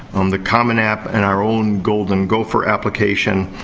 um the common app, and our own golden gopher application.